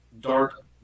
dark